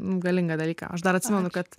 galingą dalyką aš dar atsimenu kad